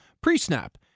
pre-snap